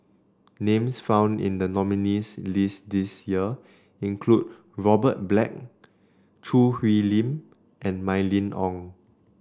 names found in the nominees' list this year include Robert Black Choo Hwee Lim and Mylene Ong